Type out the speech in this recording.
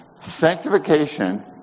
Sanctification